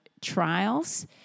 trials